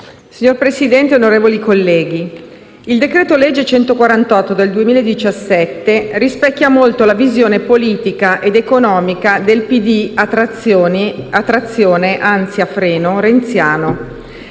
Signor Presidente, onorevoli colleghi, il decreto legge n. 148 del 2017 rispecchia molto la visione politica ed economica del Partito Democratico a trazione, anzi a freno, renziano.